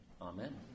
Amen